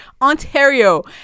Ontario